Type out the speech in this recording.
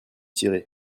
tirer